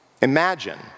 Imagine